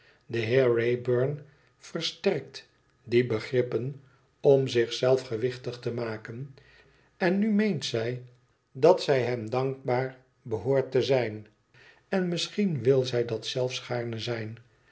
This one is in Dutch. de heer wraybum versterkt die begrippen om zich zelf gewichtig te maken en nu meent zij dat zij hem dankbaar behoort te zijn en misschien wil zij dat zelfs gaarne zijn